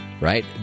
right